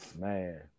Man